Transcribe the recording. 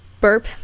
burp